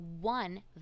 one